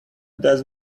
does